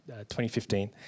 2015